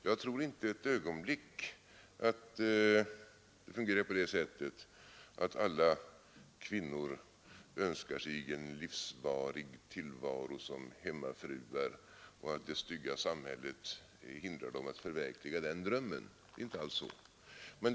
Jag tror inte för ett ögonblick att det fungerar så att alla kvinnor önskar sig en livsvarig tillvaro som hemmafruar och att det stygga samhället hindrar dem från att förverkliga den drömmen.